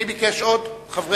מי ביקש עוד?